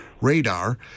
radar